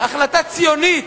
החלטה ציונית,